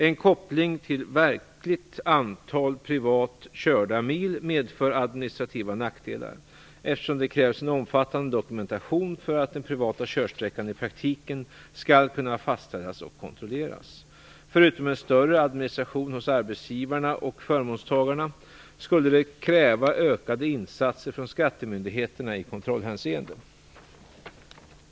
En koppling till verkligt antal privat körda mil medför administrativa nackdelar, eftersom det krävs en omfattande dokumentation för att den privata körsträckan i praktiken skall kunna fastställas och kontrolleras. Förutom en större administration hos arbetsgivarna och förmånstagarna skulle det kräva ökade insatser från skattemyndigheterna i kontrollhänseende.